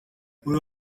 muri